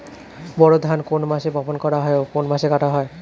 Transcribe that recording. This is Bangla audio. বোরো ধান কোন মাসে বপন করা হয় ও কোন মাসে কাটা হয়?